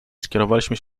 skierowaliśmy